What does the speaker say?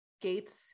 gates